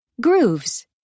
Grooves